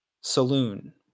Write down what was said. Saloon